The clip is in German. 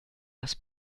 das